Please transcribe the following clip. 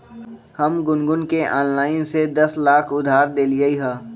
हम गुनगुण के ऑनलाइन से दस लाख उधार देलिअई ह